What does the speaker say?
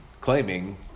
claiming